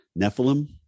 Nephilim